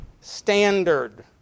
standard